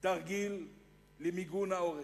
תרגיל למיגון העורף.